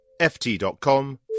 ft.com